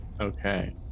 Okay